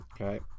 Okay